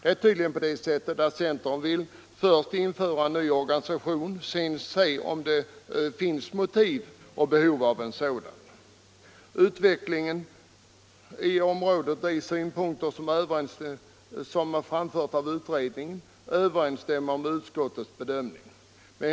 Centern vill tydligen först införa en ny organisation och sedan se om det finns motiv för och behov av en sådan. De synpunkter som framförts av utredningen överensstämmer däremot med utskottets bedömning.